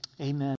amen